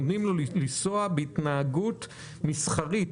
אתם נותנים לו לנסוע בהתנהגות מסחרית,